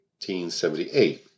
1878